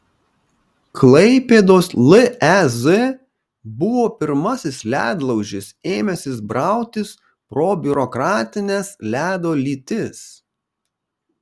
klaipėdos lez buvo pirmasis ledlaužis ėmęsis brautis pro biurokratines ledo lytis